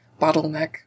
bottleneck